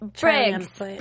Briggs